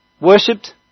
worshipped